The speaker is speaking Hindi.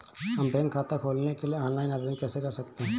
हम बैंक खाता खोलने के लिए ऑनलाइन आवेदन कैसे कर सकते हैं?